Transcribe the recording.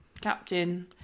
captain